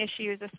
issues